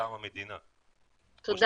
מטעם המדינה או שמאפשרים את זה --- לא, לא.